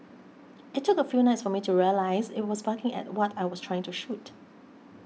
it took a few nights for me to realise it was barking at what I was trying to shoot